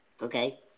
okay